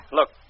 Look